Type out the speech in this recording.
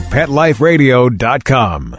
PetLifeRadio.com